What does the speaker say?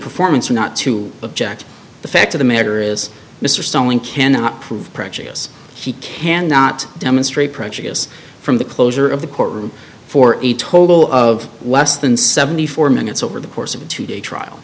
performance or not to object the fact of the matter is mr sterling cannot prove precious he cannot demonstrate precious from the closure of the court room for a total of less than seventy four minutes over the course of a two day trial